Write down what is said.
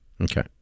Okay